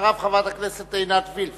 אחריו, חברת הכנסת עינת וילף.